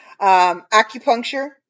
acupuncture